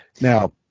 Now